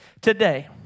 today